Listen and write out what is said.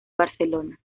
barcelona